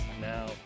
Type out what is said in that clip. Now